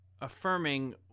affirming